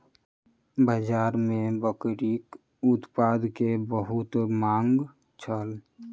बाजार में बकरीक उत्पाद के बहुत मांग छल